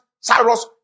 Cyrus